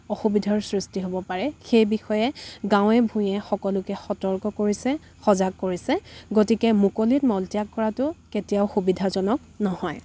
অসুবিধাৰ সৃষ্টি হ'ব পাৰে সেই বিষয়ে গাঁৱে ভূঞে সকলোকে সতৰ্ক কৰিছে সজাগ কৰিছে গতিকে মুকলিত মলত্যাগ কৰাটো কেতিয়াও সুবিধাজনক নহয়